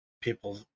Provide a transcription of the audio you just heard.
people